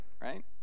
right